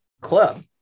club